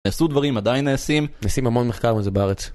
נעשו דברים עדיין נעשים, נעשים המון מחקר מזה בארץ